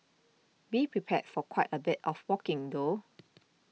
be prepared for quite a bit of walking though